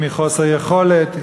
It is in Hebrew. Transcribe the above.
אם מחוסר יכולת,